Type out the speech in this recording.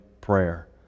prayer